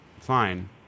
fine